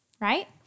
right